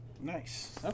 Nice